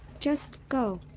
just go.